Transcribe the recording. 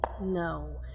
No